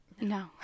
no